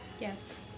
Yes